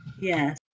yes